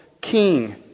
king